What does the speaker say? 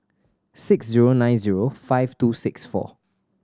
six zero nine zero five two six four